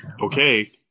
okay